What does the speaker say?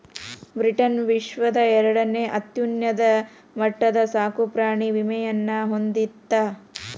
Britain ವಿಶ್ವದ ಎರಡನೇ ಅತ್ಯುನ್ನತ ಮಟ್ಟದ ಸಾಕುಪ್ರಾಣಿ ವಿಮೆಯನ್ನ ಹೊಂದಿತ್ತ